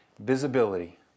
Visibility